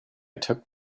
took